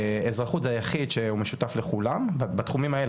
אזרחות זה היחיד שהוא משותף לכולם, בתחומים הלאה,